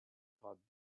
thought